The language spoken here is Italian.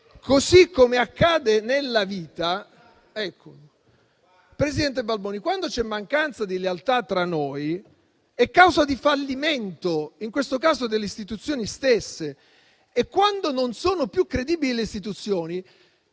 così come accade nella vita, la mancanza di lealtà tra noi è causa di fallimento, in questo caso delle istituzioni stesse. Quando le istituzioni